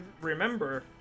remember